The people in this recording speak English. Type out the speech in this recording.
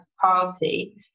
party